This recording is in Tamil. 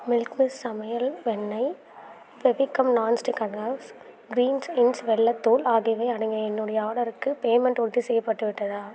மில்க் மிஸ்ட் சமையல் வெண்ணெய் ஃபெவிகம் நான் ஸ்டிக் அதாஸ் க்ரீன்ஸ் இன்ஸ் வெல்லத்தூள் ஆகியவை அடங்கிய என்னுடைய ஆடருக்கு பேமெண்ட் உறுதிசெய்யப்பட்டு விட்டதா